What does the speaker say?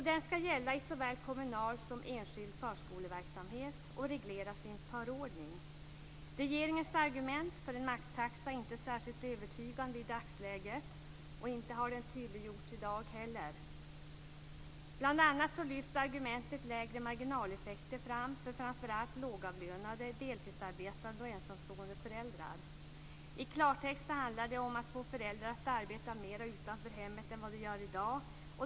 Den ska gälla i såväl kommunal som enskild förskoleverksamhet och regleras i en förordning. Regeringens argument för en maxtaxa är inte särskilt övertygande i dagsläget, och inte heller har de tydliggjorts i dag. Bl.a. lyfts argumentet lägre marginaleffekter fram för framför allt lågavlönade, deltidsarbetande och ensamstående föräldrar. I klartext handlar det om att få föräldrar att arbeta mer utanför hemmet än vad de gör i dag.